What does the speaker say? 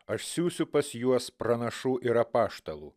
aš siųsiu pas juos pranašų ir apaštalų